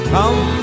Come